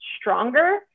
stronger